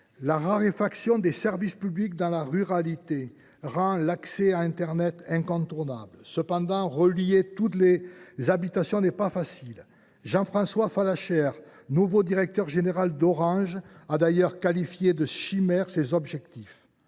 La raréfaction des services publics dans la ruralité rend en effet l’accès à internet incontournable. Cependant, relier toutes les habitations n’est pas facile. Jean François Fallacher, nouveau directeur général d’Orange, a d’ailleurs qualifié de « chimère » cet objectif.